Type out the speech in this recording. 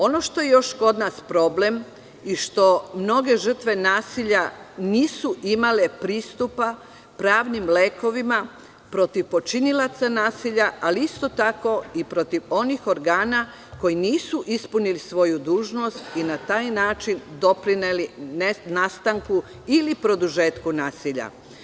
Ono što je još kod nas problem je što mnoge žrtve nasilja nisu imale pristupa pravnim lekovima protiv počinilaca nasilja, ali isto tako i protiv onih organa koji nisu ispunili svoju dužnost i na taj način doprineli ne nastanku ili produžetku nasilja.